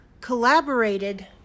collaborated